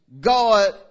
God